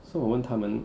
so 我问他们